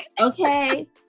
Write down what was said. Okay